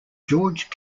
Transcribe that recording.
george